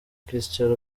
christian